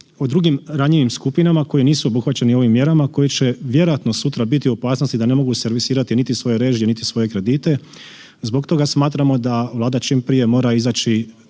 o drugim ranjivim skupinama koji nisu obuhvaćeni ovim mjerama koji će vjerojatno sutra biti u opasnosti da ne mogu servisirati niti svoje režije niti svoje kredite, zbog toga smatramo da Vlada čim prije mora izaći